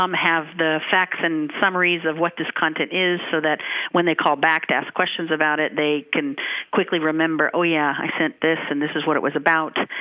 um have the facts and summaries of what this content is so that when they call back to ask questions about it, they can quickly remember, oh yeah, i sent this, and this is what it was about.